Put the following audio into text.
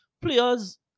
Players